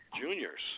Junior's